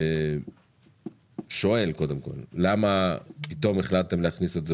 אני שואל קודם כל למה פתאום החלטתם להכניס את זה